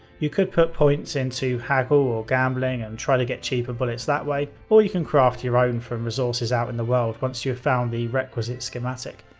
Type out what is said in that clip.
you could put points into haggle or gambling and try to get cheaper bullets that way, or you can craft your own from resources out in the world once you have found the requisite schematic.